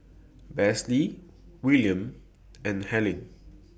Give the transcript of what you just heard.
Besse Wiliam and Helyn